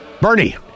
Bernie